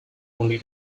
only